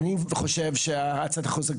אני חושב שהצעת החוק הזאת,